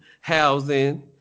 housing